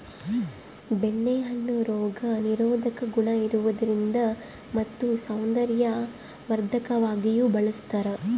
ಬೆಣ್ಣೆ ಹಣ್ಣು ರೋಗ ನಿರೋಧಕ ಗುಣ ಇರುವುದರಿಂದ ಮತ್ತು ಸೌಂದರ್ಯವರ್ಧಕವಾಗಿಯೂ ಬಳಸ್ತಾರ